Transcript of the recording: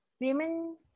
women